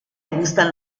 gustan